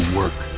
work